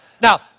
Now